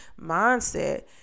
mindset